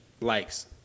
likes